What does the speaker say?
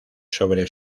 sobre